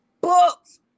books